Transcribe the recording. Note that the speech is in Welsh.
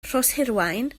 rhoshirwaun